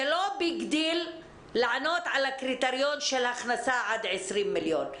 זה לא עניין גדול לענות על הקריטריון של הכנסה עד 20 מיליון,